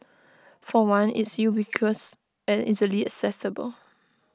for one it's ubiquitous and easily accessible